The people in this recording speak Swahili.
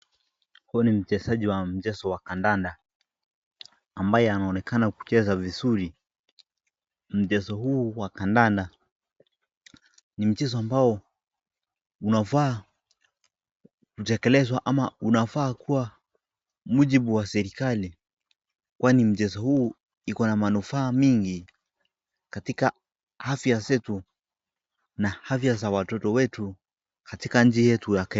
Mchezaji wa mchezo wa kandanda ambaye anaonekana kucheza vizuri. Mchezo huu unafaa kutekelezwa ama unafaa kuwa mujibu wa serikali kwani uko na manufaa mingi katika afya zetu na watoto wetu katika nchi ya Kenya.